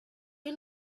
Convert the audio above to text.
you